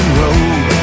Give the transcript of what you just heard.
road